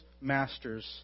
masters